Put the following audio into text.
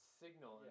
signal